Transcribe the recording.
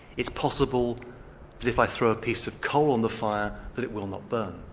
it's possible that if i throw a piece of coal on the fire, that it will not burn.